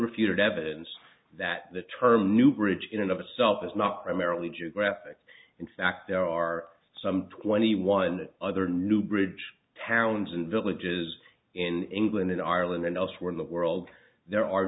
unrefuted evidence that the term new bridge in and of itself is not primarily geographic in fact there are some twenty one other newbridge towns and villages in england in ireland and elsewhere in the world there are